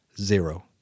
Zero